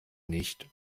nicht